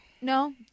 no